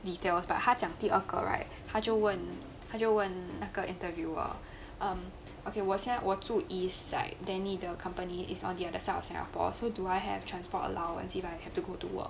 details but 他讲第二个 right 他就问他就问那个 interviewer um ok 我现在我住 east side then 你的 company is on the other side of singapore so do I have transport allowance if I have to go to work